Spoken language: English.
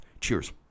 Cheers